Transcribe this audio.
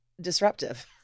disruptive